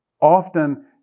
Often